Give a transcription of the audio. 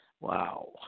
Wow